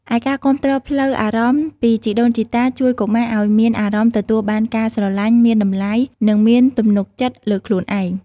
ឯការគាំទ្រផ្លូវអារម្មណ៍ពីជីដូនជីតាជួយកុមារឱ្យមានអារម្មណ៍ទទួលបានការស្រឡាញ់ មានតម្លៃ និងមានទំនុកចិត្តលើខ្លួនឯង។